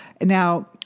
Now